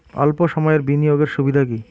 অল্প সময়ের বিনিয়োগ এর সুবিধা কি?